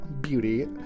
Beauty